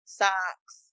socks